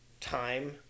time